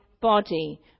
body